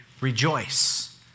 rejoice